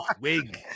Wig